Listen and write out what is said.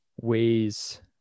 ways